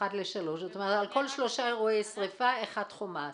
כלומר על כל 3 אירועי שריפה - כך צריך.